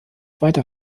weiter